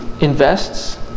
invests